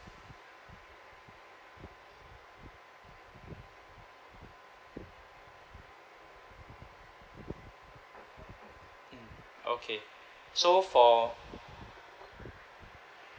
okay so for